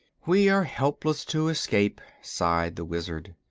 we are helpless to escape, sighed the wizard.